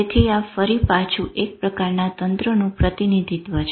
તેથી આ ફરી પાછું એક પ્રકારના તંત્રનું પ્રતિનિધિત્વ છે